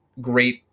great